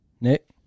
Nick